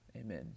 Amen